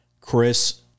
Chris